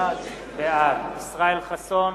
בעד ישראל חסון,